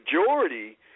majority